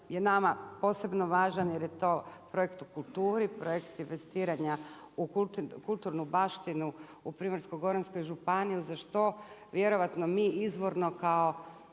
je nama posebno važan jer je to projekt u kulturi, projekt investiranja u kulturnu baštinu u Primorsko-goranskoj županiju za što vjerojatno mi izvorno kao